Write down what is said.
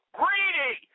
greedy